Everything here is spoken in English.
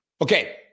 Okay